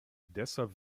deshalb